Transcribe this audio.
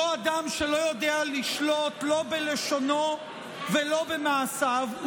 יודע לשלוט לא בלשונו ולא במעשיו,